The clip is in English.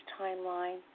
timeline